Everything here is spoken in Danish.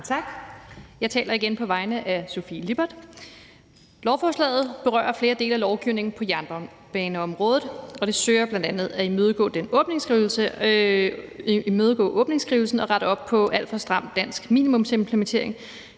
tak. Jeg taler igen på vegne af fru Sofie Lippert. Lovforslaget berører flere dele af lovgivningen på jernbaneområdet, og det søger bl.a. at imødekomme åbningsskrivelsen og rette op på en alt for stram dansk minimumsimplementering